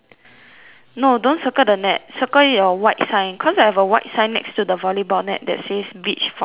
no don't circle the net circle your white sign cause I have a white sign next to the volleyball net that says beach volleyball lessons